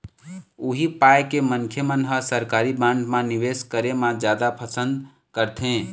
उही पाय के मनखे मन ह सरकारी बांड म निवेस करे म जादा पंसद करथे